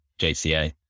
JCA